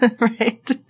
right